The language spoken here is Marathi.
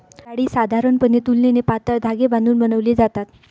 जाळी साधारणपणे तुलनेने पातळ धागे बांधून बनवली जातात